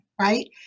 right